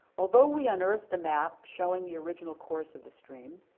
although we unearthed a map showing the original course of the stream,